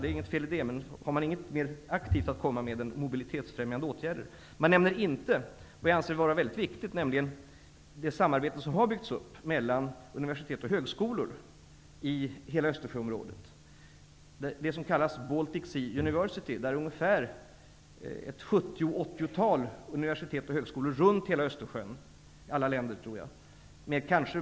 Det är inget fel i det, men har man inget mer aktivt att komma med än mobilitetsfrämjande åtgärder? Man nämner inte något som jag anser vara mycket viktigt, nämligen det samarbete som har byggts upp mellan universitet och högskolor i hela Östersjöområdet. Det kallas Baltic Sea University, och ett 70 - 80-tal universitet och högskolor runt hela Östersjön -- alla länder, tror jag -- ingår.